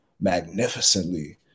magnificently